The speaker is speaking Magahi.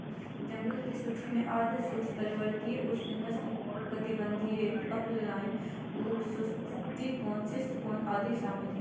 जंगल की सूची में आर्द्र शुष्क, पर्वतीय, उप उष्णकटिबंधीय, उपअल्पाइन, उप शीतोष्ण, शीतोष्ण आदि शामिल हइ